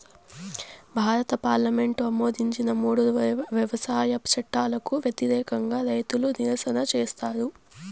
భారత పార్లమెంటు ఆమోదించిన మూడు వ్యవసాయ చట్టాలకు వ్యతిరేకంగా రైతులు నిరసన చేసారు